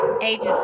ages